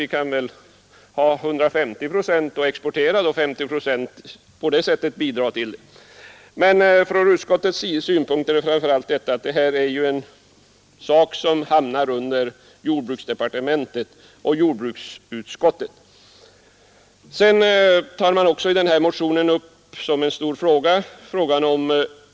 Vi kunde väl ha 150-procentig självförsörjningsgrad och exportera 50 procent av våra jordbruksprodukter och på det sättet bidra till världens försörjning. Näringsutskottet har emellertid hänvisat till att detta ämne ligger under jordbruksdepartementet och jordbruksutskottet. I motionen tar man också upp våra mineraltillgångar som en stor fråga.